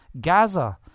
Gaza